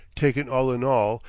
taken all in all,